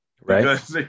Right